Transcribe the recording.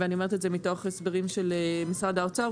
ואני אומרת את זה מתוך הסברים של משרד האוצר,